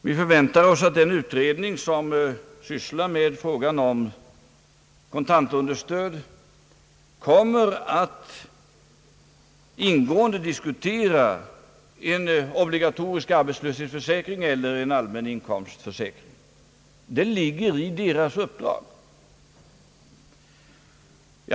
Vi förväntar oss också att den utredning, som sysslar med frågan om kontantunderstöd, kommer att ingående diskutera en obligatorisk arbetslöshetsförsäkring eller en allmän inkomstförsäkring; det ligger i utredningens uppdrag.